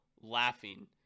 laughing